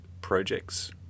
projects